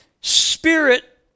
spirit